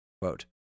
Quote